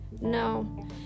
No